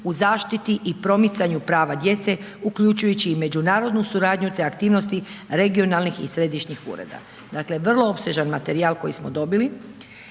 u zaštiti i promicanju prava djece uključujući i međunarodnu suradnju, te aktivnosti regionalnih i središnjih ureda. Dakle, vrlo opsežan materijal koji smo dobili,